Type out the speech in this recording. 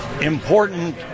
important